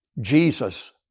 Jesus